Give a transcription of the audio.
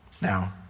Now